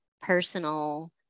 personal